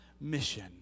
mission